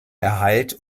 erhalt